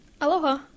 Aloha